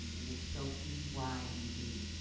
and it's spelled d y e d.